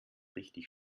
richtig